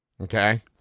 Okay